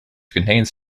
contains